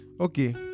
okay